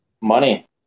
Money